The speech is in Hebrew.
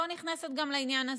גם לא נכנסת לעניין הזה.